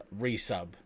resub